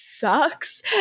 sucks